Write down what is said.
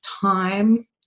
time